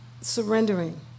surrendering